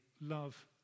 love